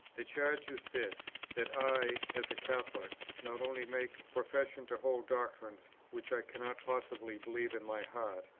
the charge is this that i, as a catholic, not only make profession to hold doctrines which i cannot possibly believe in my heart,